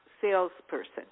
salesperson